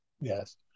Yes